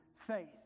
faith